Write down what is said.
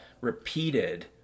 repeated